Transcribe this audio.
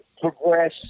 progress